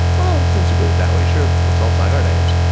well, since you put it that way, sure, let's all sign our names.